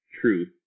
truth